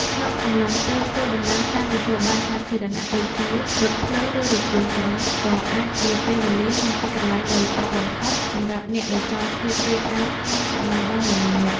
ក្នុងអំឡុងពេលធ្វើដំណើរតាមមធ្យោបាយសាធារណៈដូចជា រថភ្លើង ឬរថយន្តក្រុង ក៏អាចជាពេលវេលានិងទីកន្លែងដ៏ល្អបំផុតសម្រាប់អ្នកដែលចង់ឆ្លៀតពេលអានក្នុងសម័យដ៏មមាញឹក។